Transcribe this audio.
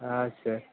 હા સર